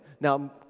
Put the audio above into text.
Now